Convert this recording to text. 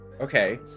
Okay